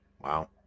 wow